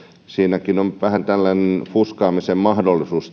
päästömittauksessakin on vähän tällainen fuskaamisen mahdollisuus